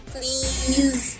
Please